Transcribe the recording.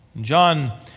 John